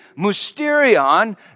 mysterion